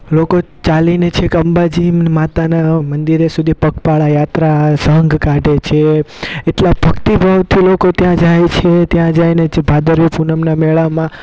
લોકો ચાલીને છેક અંબાજી માતાના મંદિરે સુધી પગપાળા યાત્રા સંઘ કાઢે છે એટલા ભક્તિભાવથી લોકો ત્યાં જાય છે ત્યાં જઈને જે ભાદરવી પુનમના મેળામાં